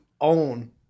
own